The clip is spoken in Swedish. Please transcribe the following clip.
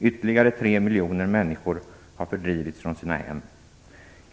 Ytterligare tre miljoner människor har fördrivits från sina hem.